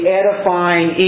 edifying